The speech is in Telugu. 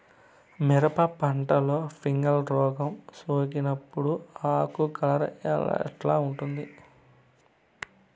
మిరప పంటలో ఫంగల్ రోగం సోకినప్పుడు ఆకు కలర్ ఎట్లా ఉంటుంది?